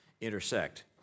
intersect